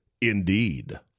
Indeed